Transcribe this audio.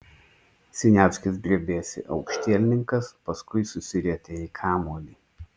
siniavskis drebėsi aukštielninkas paskui susirietė į kamuolį